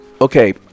Okay